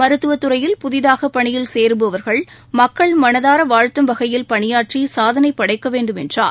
மருத்துவத் துறையில் புதிதாக பணியில் சேருபவா்கள் மக்கள் மனதார வாழ்த்தும் வகையில் பணியாற்றி சாதனை படைக்க வேண்டும் என்றார்